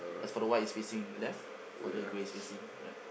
as for the white is facing left for the grey is facing right